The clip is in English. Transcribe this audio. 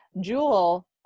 Jewel